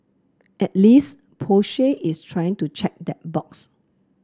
at least Porsche is trying to check that box